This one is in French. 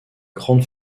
grandes